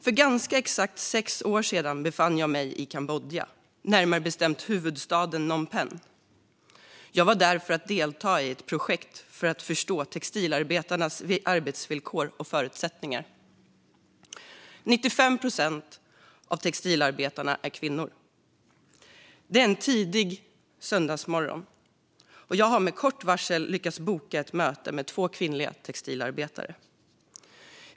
För ganska exakt sex år sedan befann jag mig i Kambodja, närmare bestämt i huvudstaden Phnom Penh. Jag var där för att delta i ett projekt för att förstå textilarbetarnas arbetsvillkor och förutsättningar. 95 procent av textilarbetarna är kvinnor. Det är en tidig söndagsmorgon, och jag har med kort varsel lyckats boka ett möte med två kvinnliga textilarbetare.